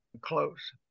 close